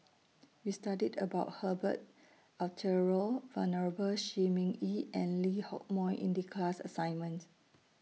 We studied about Herbert Eleuterio Venerable Shi Ming Yi and Lee Hock Moh in The class assignment